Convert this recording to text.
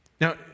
Now